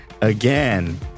again